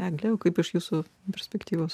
egle kaip iš jūsų perspektyvos